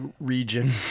region